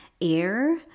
air